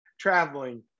traveling